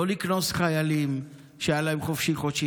לא לקנוס חיילים שהיה להם חופשי-חודשי.